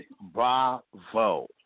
bravo